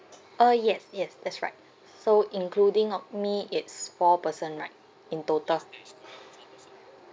uh yes yes that's right so including of me it's four person right in total